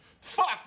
Fuck